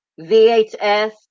VHS